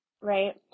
right